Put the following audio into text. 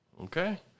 Okay